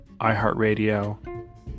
iHeartRadio